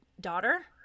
daughter